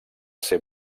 ser